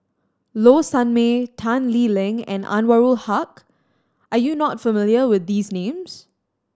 Low Sanmay Tan Lee Leng and Anwarul Haque are you not familiar with these names